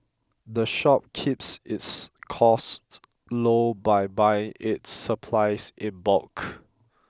the shop keeps its costs low by buying its supplies in bulk